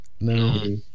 No